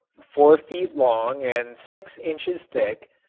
four feet long and six inches thick,